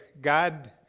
God